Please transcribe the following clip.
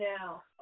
now